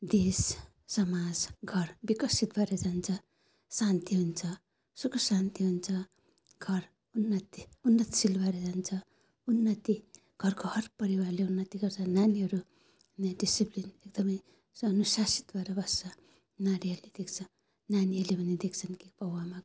देश समाज घर बिकसित भएर जान्छ शान्ति हुन्छ सुख शान्ति हुन्छ घर उन्नति उन्नतशील भएर जान्छ उन्नति घरको हर परिवारले उन्नति गर्छ नानीहरू नै डिसिप्लिन एकदमै अनुशासित भएर बस्छ नानीहरूले देख्छ नानीहरूले पनि देख्छन् कि बाउ आमाको